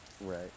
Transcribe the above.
right